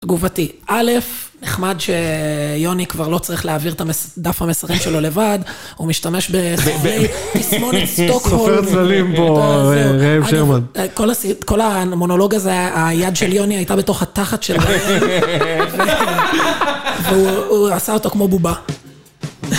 תגובתי, א', נחמד שיוני כבר לא צריך להעביר את דף המסרים שלו לבד, הוא משתמש בתסמונת סטוקהולם. סופר צללים פה, ראם שרמן. כל המונולוג הזה היה, היד של יוני הייתה בתוך התחת של ראם, והוא עשה אותו כמו בובה.